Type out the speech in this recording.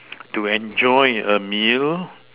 to enjoy a meal